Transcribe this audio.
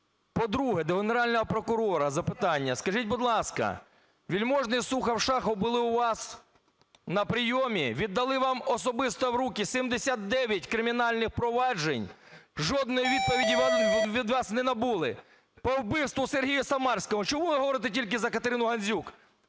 По-друге, до Генерального прокурора запитання. Скажіть, будь ласка, Вельможний, Сухов, Шахов були у вас на прийомі, віддали вам особисто в руки 79 кримінальних проваджень, жодної відповіді від вас не отримали. По вбивству Сергія Самарського. Чому ви говорите тільки за Катерину Гандзюк?